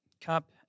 cup